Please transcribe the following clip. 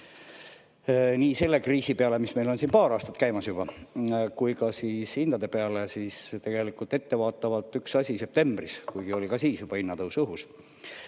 ei selle kriisi peale, mis meil on siin juba paar aastat käimas, ega ka hindade peale, siis tegelikult ettevaatavalt septembris, kuigi oli ka siis juba hinnatõus õhus,